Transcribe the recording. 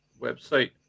website